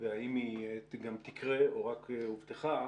והאם היא גם תקרה או רק הובטחה.